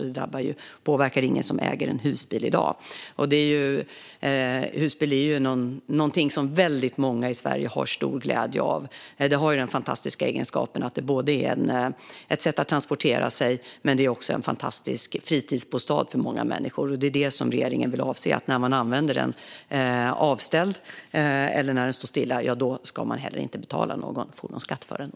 Det påverkar alltså ingen som äger en husbil i dag. Husbil är någonting som många i Sverige har stor glädje av. Den har den fantastiska egenskapen att den både är ett sätt att transportera sig och en fantastisk fritidsbostad för många människor. Regeringen vill se till att när man inte använder den, när den är avställd eller står stilla, ska man inte betala någon fordonsskatt för den.